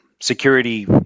security